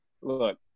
look